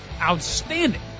outstanding